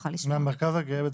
מהמרכז הגאה בתל-אביב.